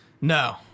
No